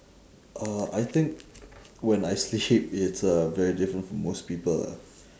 uh I think when I sleep it's uh very different from most people ah